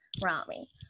Rami